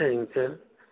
சரிங்க சார்